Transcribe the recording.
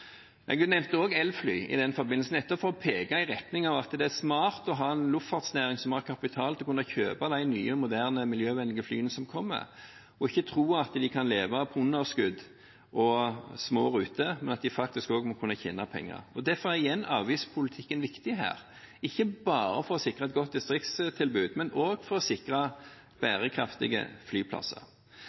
Jeg nevnte også elfly i den forbindelsen, nettopp for å peke i retning av at det er smart å ha en luftfartsnæring som har kapital til å kunne kjøpe de nye, moderne og miljøvennlige flyene som kommer, og ikke tro at de kan leve på underskudd og små ruter, men at de faktisk også må kunne tjene penger. Derfor er igjen avgiftspolitikken viktig her, ikke bare for å sikre et godt distriktstilbud, men også for å sikre bærekraftige flyplasser.